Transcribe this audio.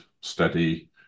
steady